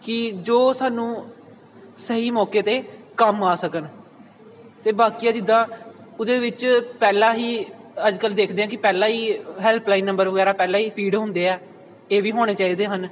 ਕਿ ਜੋ ਸਾਨੂੰ ਸਹੀ ਮੌਕੇ 'ਤੇ ਕੰਮ ਆ ਸਕਣ ਅਤੇ ਬਾਕੀ ਆ ਜਿੱਦਾਂ ਉਹਦੇ ਵਿੱਚ ਪਹਿਲਾਂ ਹੀ ਅੱਜ ਕੱਲ ਦੇਖਦੇ ਹਾਂ ਕਿ ਪਹਿਲਾਂ ਹੀ ਹੈਲਪਲਾਈਨ ਨੰਬਰ ਵਗੈਰਾ ਪਹਿਲਾਂ ਹੀ ਫੀਡ ਹੁੰਦੇ ਆ ਇਹ ਵੀ ਹੋਣੇ ਚਾਹੀਦੇ ਹਨ